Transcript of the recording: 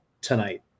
tonight